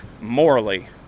morally